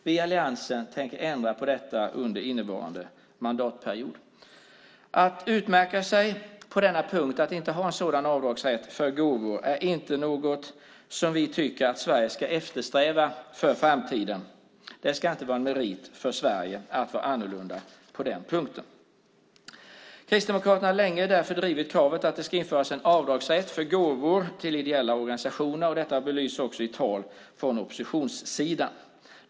Vi i alliansen tänker ändra på detta inom innevarande mandatperiod. Vi tycker inte att Sverige ska eftersträva för framtiden att utmärka sig på denna punkt och inte ha en sådan avdragsrätt för gåvor. Det ska inte vara en merit för Sverige att vara annorlunda på den punkten. Kristdemokraterna har därför länge drivit kravet att det ska införas en avdragsrätt för gåvor till ideella organisationer. Detta belyses också i tal från oppositionssidan.